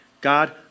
God